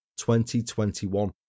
2021